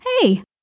hey